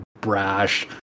brash